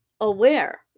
aware